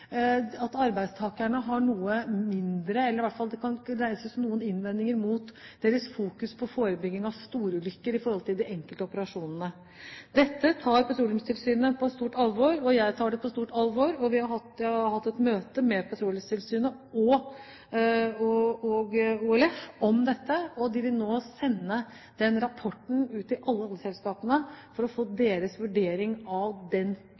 at arbeidstakerne har noen innvendinger mot deres fokus på forebygging av storulykker når det gjelder de enkelte operasjonene. Dette tar Petroleumstilsynet på stort alvor og jeg tar det på stort alvor. Jeg har hatt et møte med Petroleumstilsynet og OLF om dette, og de vil nå sende ut denne rapporten til alle oljeselskapene for å få deres vurdering av